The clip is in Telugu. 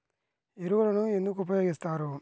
ఎరువులను ఎందుకు ఉపయోగిస్తారు?